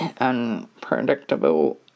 unpredictable